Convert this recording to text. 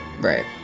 Right